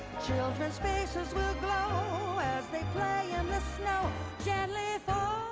children's faces will glow as they play in the snow gently